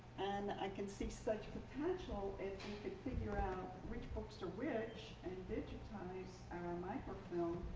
and i can see such potential if you could figure out which books are which and digitize our microfilm,